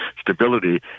stability